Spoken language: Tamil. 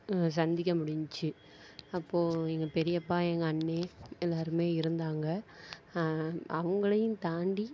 சந்திக்க முடிஞ்சுச்சு அப்போது எங்கள் பெரியப்பா எங்கள் அண்ணி எல்லோருமே இருந்தாங்க அவங்களையும் தாண்டி